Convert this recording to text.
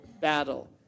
battle